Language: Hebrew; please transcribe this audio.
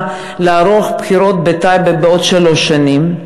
לערוך בחירות בטייבה בעוד שלוש שנים,